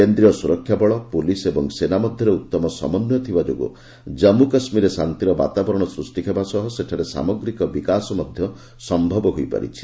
କେନ୍ଦ୍ରୀୟ ସୁରକ୍ଷାବଳ ପୋଲିସ ଓ ସେନା ମଧ୍ୟରେ ଉତ୍ତମ ସମନ୍ୱୟ ଥିବାଯୋଗୁଁ ଜାମ୍ମୁ କାଶ୍ମୀରରେ ଶାନ୍ତିର ବାତାବରଣ ସୃଷ୍ଟି ହେବା ସହ ସେଠାରେ ସାମଗ୍ରିକ ବିକାଶ ମଧ୍ୟ ସମ୍ଭବ ହୋଇପାରିଛି